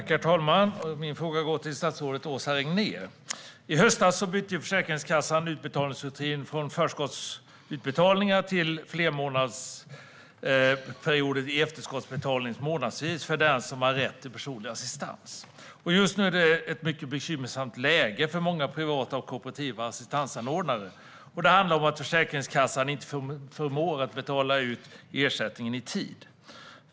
Herr talman! Min fråga går till statsrådet Åsa Regnér. I höstas bytte Försäkringskassan utbetalningssystem från förskottsutbetalningar till efterskottsbetalningar månadsvis för den som har rätt till personlig assistans. Just nu är det ett mycket bekymmersamt läge för många privata och kooperativa assistansanordnare. Det handlar om att Försäkringskassan inte förmår att betala ut ersättningen i tid.